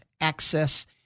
access